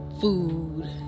food